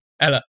Ella